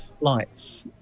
lights